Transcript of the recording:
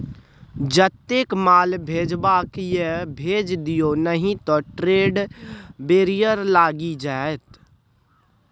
जतेक माल भेजबाक यै भेज दिअ नहि त ट्रेड बैरियर लागि जाएत